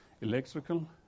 electrical